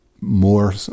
more